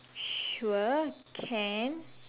sure can